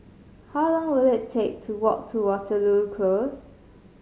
how long will it take to walk to Waterloo Close